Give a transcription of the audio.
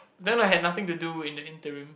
then I had nothing to do in the interim